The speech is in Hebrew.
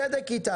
בבקשה, את צודקת.